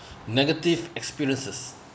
negative experiences